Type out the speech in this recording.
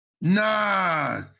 Nah